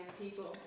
people